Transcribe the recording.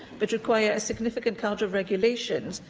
but require a significant cadre of regulations,